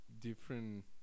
different